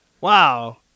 Wow